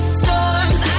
storms